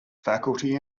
faculty